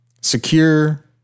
secure